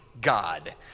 God